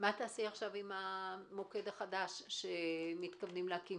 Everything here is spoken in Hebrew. מה תעשי עם המוקד החדש שמתכוונים להקים